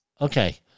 Okay